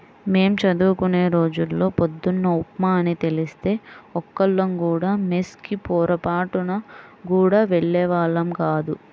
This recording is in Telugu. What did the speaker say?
మేం చదువుకునే రోజుల్లో పొద్దున్న ఉప్మా అని తెలిస్తే ఒక్కళ్ళం కూడా మెస్ కి పొరబాటున గూడా వెళ్ళేవాళ్ళం గాదు